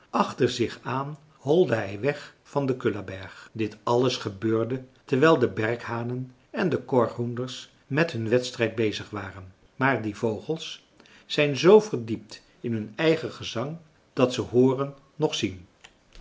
achter zich aan holde hij weg van den kullaberg dit alles gebeurde terwijl de berkhanen en de korhoenders met hun wedstrijd bezig waren maar die vogels zijn z verdiept in hun eigen gezang dat ze hooren noch zien